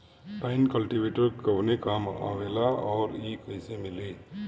Tine cultivator कवने काम आवेला आउर इ कैसे मिली?